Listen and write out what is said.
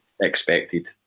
expected